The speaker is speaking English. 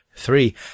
three